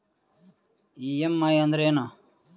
EMI ಅಂದ್ರೇನು?